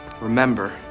Remember